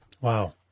Wow